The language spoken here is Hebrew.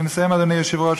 אני מסיים, אדוני היושב-ראש.